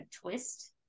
twist